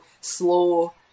slow